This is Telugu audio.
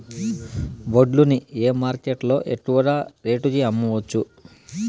వడ్లు ని ఏ మార్కెట్ లో ఎక్కువగా రేటు కి అమ్మవచ్చు?